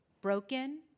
broken